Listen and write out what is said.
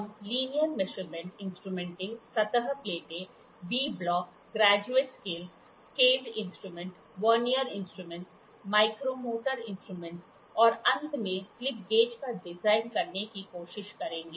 हम linear measurement इंस्ट्रूमेंटों सतह प्लेटों V block graduate scales scaled instrument vernier instrument micrometer instrument और अंत में स्लिप गेज का डिजाइन करने की कोशिश करेंगे